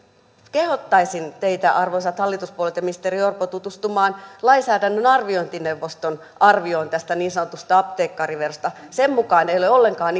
kehottaisin teitä arvoisat hallituspuolueet ja ministeri orpo tutustumaan lainsäädännön arviointineuvoston arvioon tästä niin sanotusta apteekkariverosta sen mukaan ei ole ollenkaan